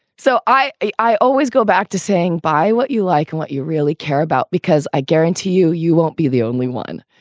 so i i always go back to saying, buy what you like and what you really care about, because i guarantee you you won't be the only one.